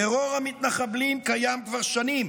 טרור המתנחבלים קיים כבר שנים.